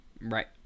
Right